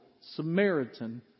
Samaritan